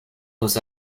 was